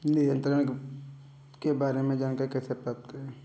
निधि अंतरण के बारे में जानकारी कैसे प्राप्त करें?